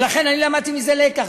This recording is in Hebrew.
ולכן אני למדתי מזה לקח.